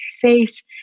face